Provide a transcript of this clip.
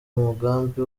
mugambi